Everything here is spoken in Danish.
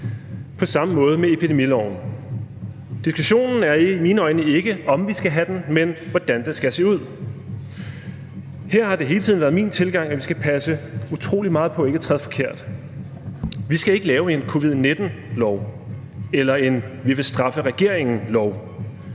På samme måde er det med epidemiloven. Diskussionen er i mine øjne ikke, om vi skal have den, men hvordan den skal se ud. Her har det hele tiden været min tilgang, at vi skal passe utrolig meget på ikke at træde forkert. Vi skal ikke lave en covid-19-lov eller en vi vil straffe regeringen-lov,